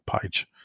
page